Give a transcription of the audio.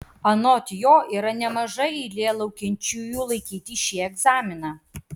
anot jo yra nemaža eilė laukiančiųjų laikyti šį egzaminą